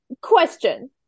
Question